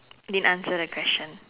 didn't answer the question